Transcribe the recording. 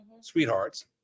sweethearts